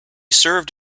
served